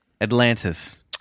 Atlantis